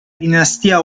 dinastia